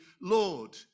Lord